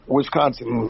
Wisconsin